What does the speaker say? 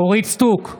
אורית מלכה סטרוק,